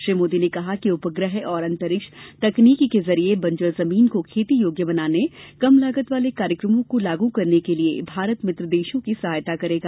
श्री मोदी ने कहा कि उपग्रह और अंतरिक्ष तकनीक के जरिए बंजर जमीन को खेती योग्य बनाने कम लागत वाले कार्यक्रमों को लागू करने के लिये भारत मित्र देशों की सहायता करेगा